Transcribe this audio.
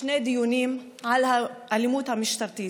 שני דיונים על האלימות המשטרתית.